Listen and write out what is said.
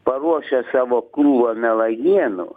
paruošęs savo krūvą melagienų